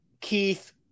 Keith